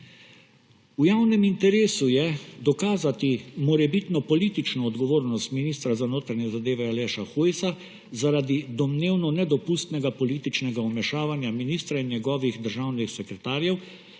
V javnem interesu je dokazati morebitno politično odgovornost ministra za notranje zadeve Aleša Hojsa zaradi domnevno nedopustnega političnega vmešavanja ministra in njegovih državnih sekretarjev